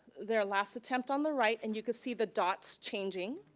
their last attempt on the right, and you can see the dots changing,